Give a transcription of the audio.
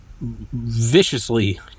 Viciously